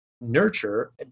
Nurture